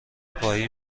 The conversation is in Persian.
پایی